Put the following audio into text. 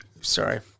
Sorry